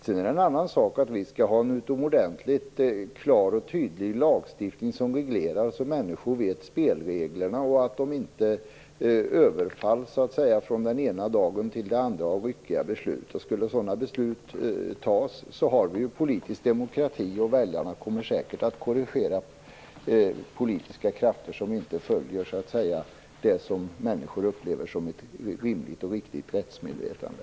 Sedan är det en annan sak att vi skall ha en utomordentligt klar och tydlig lagstiftning så att människor känner till spelreglerna och vet att de inte så att säga överfalls från den ena dagen till den andra av ryckiga beslut. Skulle sådana beslut fattas har vi ju politisk demokrati, och väljarna kommer säkert att korrigera politiska krafter som inte följer det som människor upplever som ett rimligt och riktigt rättsmedvetande.